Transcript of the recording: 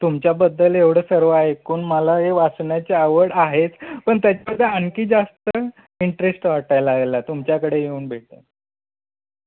तुमच्याबद्दल एवढं सर्व ऐकून मला हे वाचण्याची आवड आहेच पण त्याच्यामध्ये आणखी जास्त इंटरेस्ट वाटायला तुमच्याकडे येऊन भेटेन